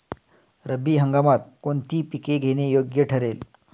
रब्बी हंगामात कोणती पिके घेणे योग्य ठरेल?